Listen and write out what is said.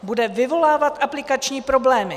Bude vyvolávat aplikační problémy!